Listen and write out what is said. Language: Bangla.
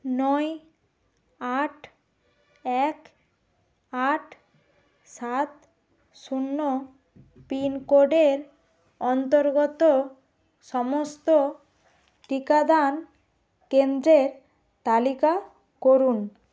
নয় আট এক আট সাত শূন্য পিনকোডের অন্তর্গত সমস্ত টিকাদান কেন্দ্রের তালিকা করুন